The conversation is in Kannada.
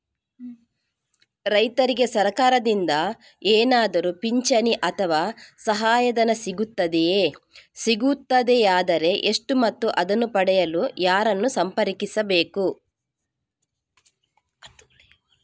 ರೈತರಿಗೆ ಸರಕಾರದಿಂದ ಏನಾದರೂ ಪಿಂಚಣಿ ಅಥವಾ ಸಹಾಯಧನ ಸಿಗುತ್ತದೆಯೇ, ಸಿಗುತ್ತದೆಯಾದರೆ ಎಷ್ಟು ಮತ್ತು ಅದನ್ನು ಪಡೆಯಲು ಯಾರನ್ನು ಸಂಪರ್ಕಿಸಬೇಕು?